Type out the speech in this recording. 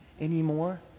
anymore